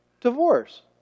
divorce